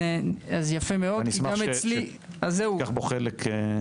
אני אשמח שתיקח בו חלק.